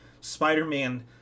Spider-Man